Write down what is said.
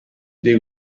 they